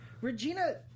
Regina